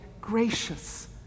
gracious